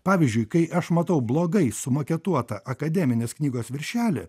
pavyzdžiui kai aš matau blogai sumaketuotą akademinės knygos viršelį